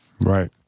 Right